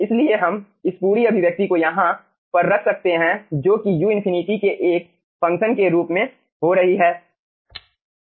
इसलिए हम इस पूरी अभिव्यक्ति को यहाँ पर रख सकते हैं जो कि u∞ के एक फंक्शन के रूप में हो रही है